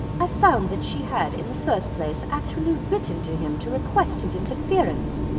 i found that she had in the first place actually written to him to request his interference,